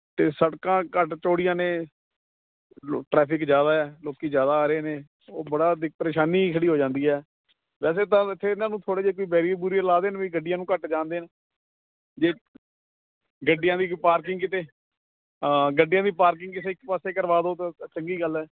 ਅਤੇ ਸੜਕਾਂ ਘੱਟ ਚੌੜੀਆਂ ਨੇ ਟਰੈਫਿਕ ਜ਼ਿਆਦਾ ਹੈ ਲੋਕੀ ਜ਼ਿਆਦਾ ਆ ਰਹੇ ਨੇ ਉਹ ਬੜਾ ਦਿ ਪਰੇਸ਼ਾਨੀ ਖੜ੍ਹੀ ਹੋ ਜਾਂਦੀ ਹੈ ਵੈਸੇ ਤਾਂ ਇੱਥੇ ਇਹਨਾਂ ਨੂੰ ਥੋੜ੍ਹੇ ਜੇ ਕੋਈ ਬੈਰੀਅਰ ਬੁਰੀਅਰ ਲਾ ਦੇਣ ਜੇ ਗੱਡੀਆਂ ਨੂੰ ਘੱਟ ਜਾਣ ਦੇਣ ਜੇ ਗੱਡੀਆਂ ਦੀ ਪਾਰਕਿੰਗ ਕਿਤੇ ਗੱਡੀਆਂ ਦੀ ਪਾਰਕਿੰਗ ਕਿਸੇ ਇੱਕ ਪਾਸੇ ਕਰਵਾ ਦਿਓ ਤਾਂ ਚੰਗੀ ਗੱਲ ਹੈ